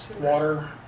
Water